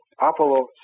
Apollo